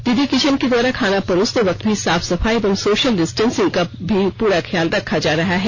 दीदी किचन के द्वारा खाना परोसते वक्त भी साफ सफाई एवं शोसल डिस्टेंसिंग का भी पूरा ख्याल रखा जा रहा है